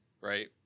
right